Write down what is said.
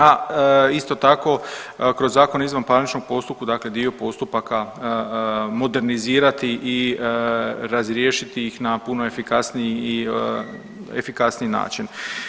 A isto tako kroz Zakon o izvanparničnom postupku, dakle dio postupaka modernizirati i razriješiti ih na puno efikasniji i efikasniji način.